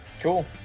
Cool